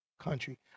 Country